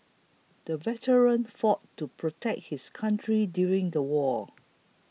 the veteran fought to protect his country during the war